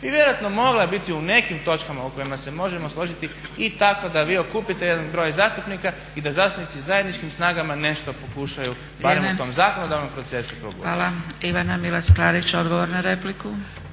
bi vjerojatno mogla biti u nekim točkama u kojima se možemo složiti i tako da vi okupite jedan broj zastupnika i da zastupnici zajedničkim snagama nešto pokušaju barem o tom zakonu, da vam proces …/Govornik se ne